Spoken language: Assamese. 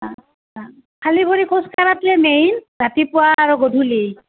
অ' অ' খালী ভৰি খোজ কাঢ়াটোৱে মেইন ৰাতিপুৱা আৰু গধূলী